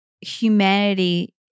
humanity